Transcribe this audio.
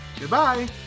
Goodbye